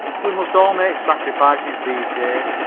we must all make sacrifices these days,